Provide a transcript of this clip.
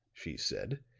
she said,